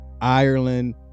Ireland